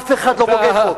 אף אחד לא בוגד פה.